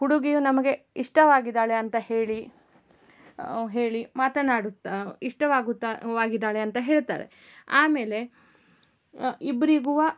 ಹುಡುಗಿಯು ನಮಗೆ ಇಷ್ಟವಾಗಿದ್ದಾಳೆ ಅಂತ ಹೇಳಿ ಹೇಳಿ ಮಾತನಾಡುತ್ತ ಇಷ್ಟವಾಗುತ್ತ ಆಗಿದ್ದಾಳೆ ಅಂತ ಹೇಳ್ತಾರೆ ಆಮೇಲೆ ಇಬ್ಬರಿಗು